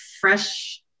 fresh